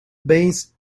base